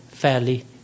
fairly